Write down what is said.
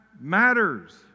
matters